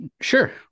Sure